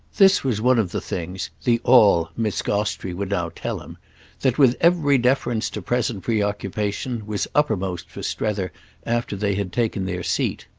this was one of the things the all miss gostrey would now tell him that, with every deference to present preoccupation, was uppermost for strether after they had taken their seat.